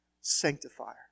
Sanctifier